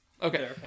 Okay